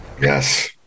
yes